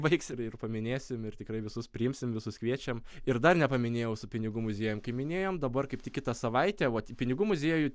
baigs ir ir paminėsim ir tikrai visus priimsim visus kviečiam ir dar nepaminėjau su pinigų muziejum kaip minėjom dabar kaip tik kitą savaitę vat į pinigų muziejų